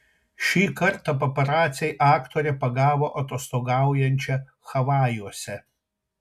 šį kartą paparaciai aktorę pagavo atostogaujančią havajuose